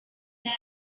that